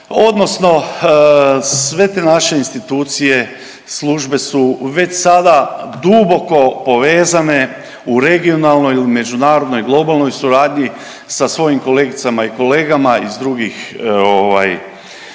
odnosno sve te naše institucije, službe su već sada duboko povezane u regionalnoj ili međunarodnoj globalnoj suradnji sa svojim kolegicama i kolegama iz drugih država